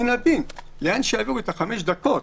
מן הדין לאן שהעבירו את החמש דקות,